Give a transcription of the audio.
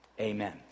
amen